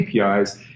APIs